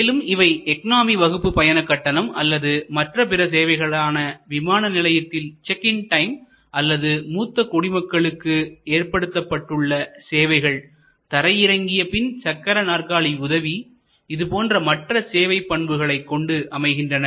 மேலும் இவை எக்கானமி வகுப்பு பயண கட்டணம் அல்லது மற்ற பிற சேவைகளான விமான நிலையத்தில் செக் இன் டைம் அல்லது மூத்த குடிமக்களுக்கு ஏற்படுத்தப்பட்டுள்ள சேவைகள் தரை இறங்கிய பின் சக்கர நாற்காலி உதவி இது போன்ற மற்ற சேவை பண்புகளைக் கொண்டுஅமைகின்றன